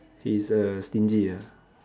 he's uh stingy ah